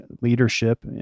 leadership